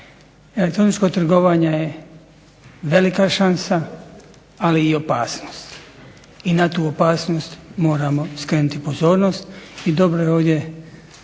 Elektroničko trgovanje je velika šansa, ali i opasnost, i na tu opasnost moramo skrenuti pozornost, i dobro je ovdje